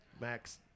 Max